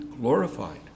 glorified